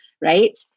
right